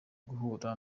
guhura